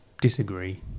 disagree